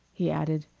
he added.